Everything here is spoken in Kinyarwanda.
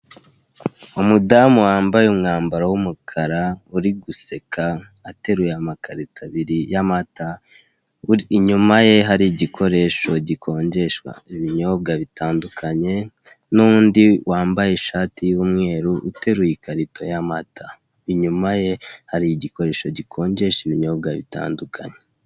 Umudamu wambaye imwambaro w'umukara uri guseka ateruye amakarito abiri y'amata, inyuma ye hari igikoresho gikonjesha ibinyobwa birandukanye, n'undi wambaye ishati y'umweru uteruye ikarito y'amata, inyuma ye hari igikoresho gikonjesha ibinyobwa bitandukanye.